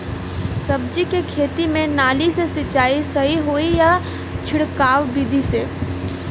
सब्जी के खेती में नाली से सिचाई सही होई या छिड़काव बिधि से?